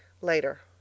Later